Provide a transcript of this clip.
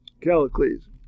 Callicles